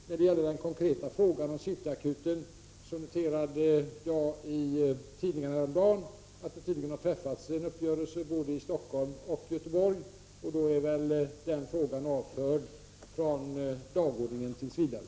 När det gäller den konkreta frågan om City Akuten såg jag i tidningarna häromdagen att det tydligen har träffats en uppgörelse i Stockholm och Göteborg. Då är den frågan avförd från dagordningen tills vidare.